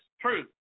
truth